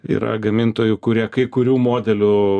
yra gamintojų kurie kai kurių modelių